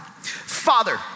father